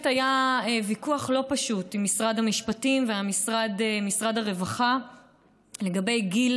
היה ויכוח לא פשוט עם משרד המשפטים ומשרד הרווחה לגבי גיל